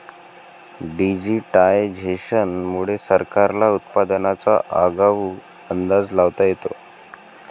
digitisation मुळे सरकारला उत्पादनाचा आगाऊ अंदाज लावता येतो